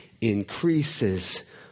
increases